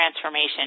transformation